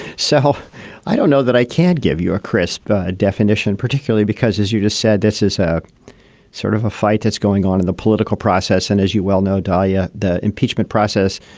so i don't know that i can't give you a crisp definition, particularly because as you just said, this is a sort of a fight that's going on in the political process and as you well know, dahiya, the impeachment process,